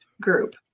group